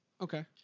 Okay